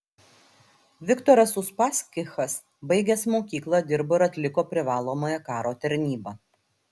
viktoras uspaskichas baigęs mokyklą dirbo ir atliko privalomąją karo tarnybą